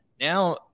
Now